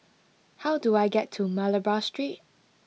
how do I get to Malabar Street